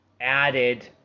added